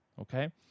okay